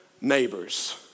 Neighbors